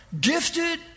gifted